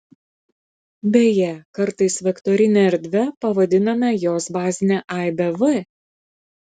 beje kartais vektorine erdve pavadiname jos bazinę aibę v